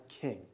king